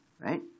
right